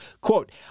quote